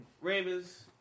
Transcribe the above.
Ravens